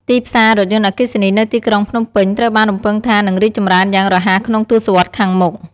ទីផ្សាររថយន្តអគ្គីសនីនៅទីក្រុង ភ្នំពេញ ត្រូវបានរំពឹងថា នឹងរីកចម្រើនយ៉ាងរហ័សក្នុងទសវត្សរ៍ខាងមុខ។